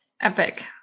Epic